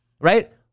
right